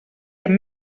amb